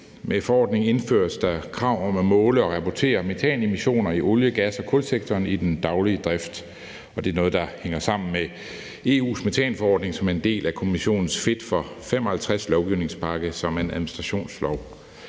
Med forordningen indføres der krav om at måle og rapportere metanemissioner i olie-, gas- og kulsektoren i den daglige drift. Det er noget, der hænger sammen med EU's metanforordning, som er en del af Kommissionens Fit for 55-lovgivningspakke, som er en administrationslov.